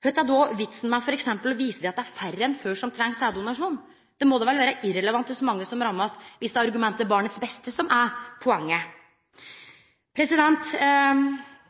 kva er då vitsen med f.eks. å vise til at det er færre enn før som treng sæddonasjon? Det må då vel vere irrelevant kor mange som blir ramma, viss det er argumentet om barnets beste som er poenget.